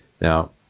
Now